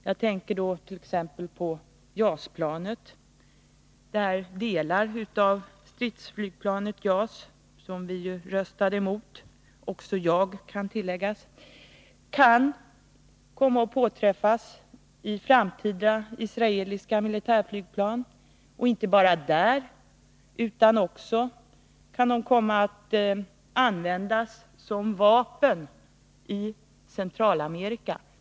Jag tänker på t.ex. JAS-planet där delar av stridsflygplanet — vilket vi röstade emot, även jag — kan komma att påträffas i framtida israeliska militärflygplan. De kan då komma att användas som vapen i Centralamerika.